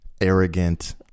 arrogant